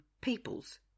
people's